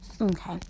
Okay